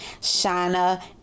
Shana